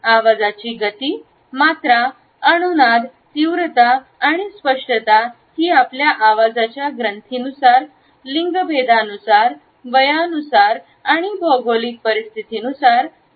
आवाजाची गती मात्रा अनुनाद तीव्रता आणि स्पष्टता ही आपल्या आवाजाच्या ग्रंथानुसार लिंग भेद अनुसार वयानुसार आणि भौगोलिक परिस्थितीनुसार वेगवेगळी असते